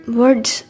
words